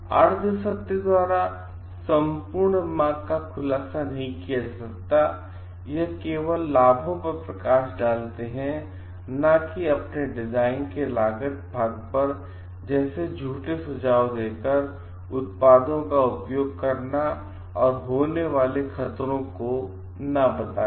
अर्ध सत्य द्वारा संपूर्ण मार्ग का खुलासा नहीं किया जा सकता है यह केवल लाभों पर प्रकाश डालते हैं न कि अपने डिज़ाइन के लागत भाग पर जैसे झूठे सुझाव देकर उत्पादों का उपयोग करना और होने वाले खतरों को न बताकर